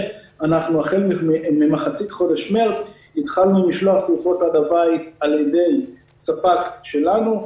החל ממחצית חודש מרץ התחלנו במשלוח תרופות עד הבית על ידי ספק שלנו.